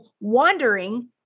wandering